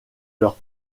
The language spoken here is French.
leur